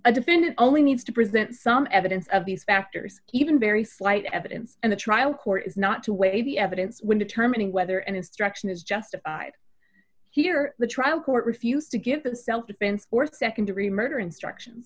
a defendant only needs to present some evidence of these factors even very slight evidence in the trial court is not to weigh the evidence when determining whether an instruction is justified here the trial court refused to give the self defense or nd degree murder instruction